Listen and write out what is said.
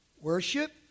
Worship